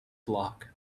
block